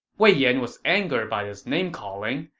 wei yan was angered by this name-calling,